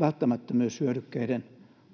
välttämättömyyshyödykkeiden